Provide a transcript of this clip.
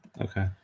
Okay